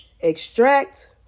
Extract